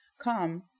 come